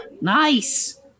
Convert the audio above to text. Nice